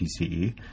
TCE